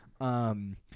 Um-